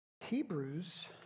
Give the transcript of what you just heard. Hebrews